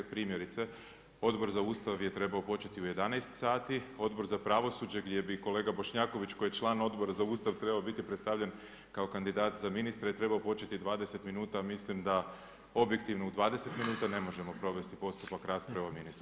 Primjerice, Odbor za ustav je trebao početi u 11,00 sati, Odbor za pravosuđe, gdje bi kolega Bošnjakvoić, koji je član Odbora za ustav, trebao biti predstavljen kao kandidat za ministre, je trebao početi 20 minuta, a mislim da objektivno u 20 minuta ne možemo provesti postupak rasprave o ministru.